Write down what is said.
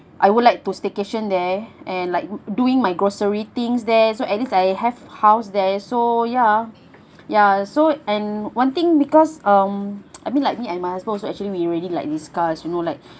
I would like to staycation there and like doing my grocery things there so at least I have house there so ya ya so and one thing because um I mean like me and my husband actually we really like discuss you know like